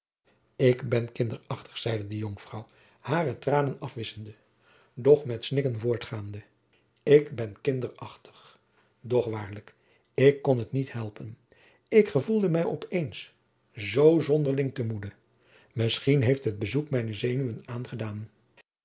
ik ben kinderachtig zeide de jonkvrouw hare tranen afwisschende doch met snikken voortgaande ik ben kinderachtig doch waarlijk ik kon het niet helpen ik gevoelde mij op eens zoo zonderling te moede misschien heeft het bezoek mijne zenuwen aangedaan